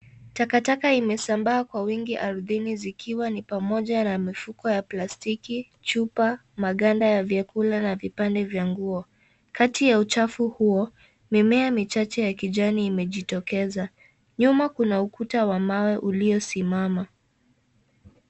Takataka imesambaa kwa wingi ardhini zikiwa ni pamoja na mifuko ya plastiki, chupa, maganda ya vyakula na vipande vya nguo. Kati ya uchafu huo, mimea michache ya kijani imejitokeza. Nyuma kuna ukuta wa mawe uliosimama.